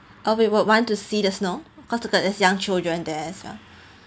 uh we would want to see the snow cause to the young children there well